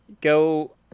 Go